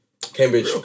Cambridge